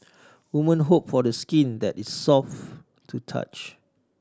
women hope for the skin that is soft to touch